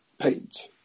paint